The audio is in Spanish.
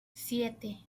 siete